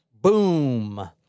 Boom